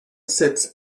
sits